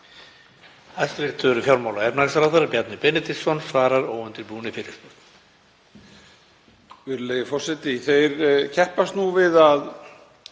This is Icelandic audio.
Þeir keppast nú við að